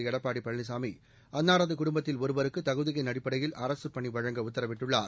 எடப்பாடி பழனிசாமி அன்னாரது குடும்பத்தில் ஒருவருக்கு தகுதியின் அடிப்படையில் அரசு பணி வழங்க உத்தரவிட்டுள்ளார்